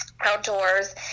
outdoors